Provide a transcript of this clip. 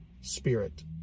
spirit